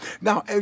Now